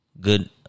Good